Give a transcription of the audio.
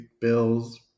bills